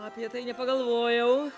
apie tai nepagalvojau